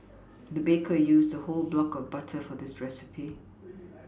the baker used a whole block of butter for this recipe